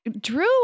Drew